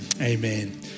amen